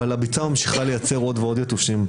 אבל הביצה ממשיכה לייצר עוד ועוד יתושים.